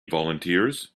volunteers